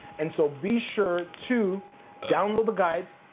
and so be sure to download the guide,